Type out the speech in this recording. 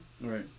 Right